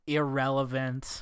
irrelevant